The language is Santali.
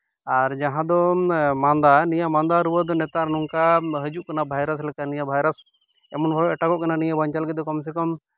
ᱟᱨ ᱡᱟᱦᱟᱸ ᱫᱚ ᱢᱟᱫᱟ ᱱᱤᱭᱟᱹ ᱢᱟᱫᱟ ᱨᱩᱣᱟᱹ ᱫᱚ ᱱᱮᱛᱟᱨ ᱱᱚᱝᱠᱟ ᱦᱟ ᱡᱩᱜ ᱠᱟᱱᱟ ᱵᱷᱟᱭᱨᱟᱥ ᱞᱮᱠᱟ ᱱᱤᱭᱟᱹ ᱵᱷᱟᱭᱨᱟᱥ ᱮᱢᱚᱱ ᱵᱷᱟᱵᱮ ᱮᱴᱟᱜᱚᱜ ᱠᱟᱱᱟ ᱱᱤᱭᱟᱹ ᱵᱟᱧᱪᱟᱣ ᱞᱟᱹᱜᱤᱫ ᱠᱚᱢ ᱥᱮ ᱠᱚᱢ